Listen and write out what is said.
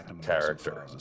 character